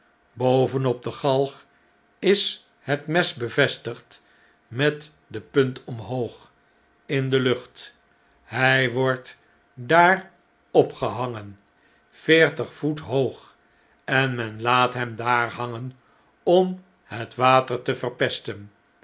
op de galg is het mes bevestigd met de punt omhoog in de lucht hij wordt daar opgehangen veertig voet hoog en men laat hem daar hangen om het water te verpesten